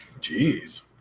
Jeez